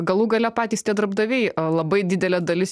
galų gale patys tie darbdaviai labai didelė dalis